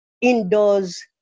indoors